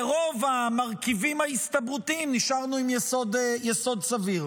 ברוב המרכיבים ההסתברותיים נשארנו עם יסוד סביר.